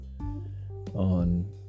on